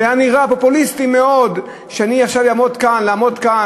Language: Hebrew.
זה היה נראה פופוליסטי מאוד לעמוד כאן,